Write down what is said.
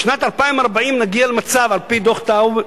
בשנת 2040 נגיע למצב, על-פי דוח-טאוב,